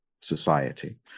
society